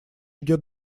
идет